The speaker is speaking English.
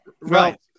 right